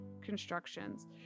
constructions